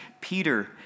Peter